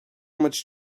much